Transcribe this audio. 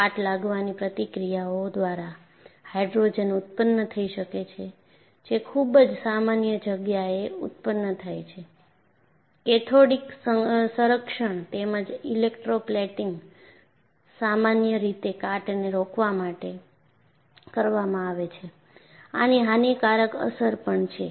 કાટ લાગવાની પ્રતિક્રિયાઓ દ્વારા હાયડ્રોજન ઉત્પન્ન થઈ શકે છે જે ખૂબ જ સામાન્ય જગ્યા એ ઉત્તપન્ન થાય છે કેથોડિક સંરક્ષણ તેમજ ઇલેક્ટ્રોપ્લેટિંગ સામાન્ય રીતે કાટને રોકવા માટે કરવામાં આવે છે આની હાનિકારક અસર પણ છે